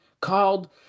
called